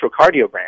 electrocardiogram